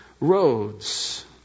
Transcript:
roads